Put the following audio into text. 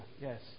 yes